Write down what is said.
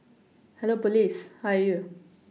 hello police how are you